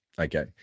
Okay